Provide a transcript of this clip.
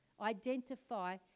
identify